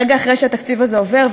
רגע אחרי שהתקציב הזה עובר,